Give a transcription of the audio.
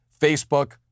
Facebook